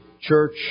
Church